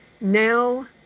Now